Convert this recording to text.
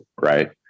right